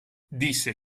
disse